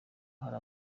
hari